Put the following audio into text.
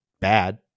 bad